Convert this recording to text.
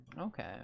Okay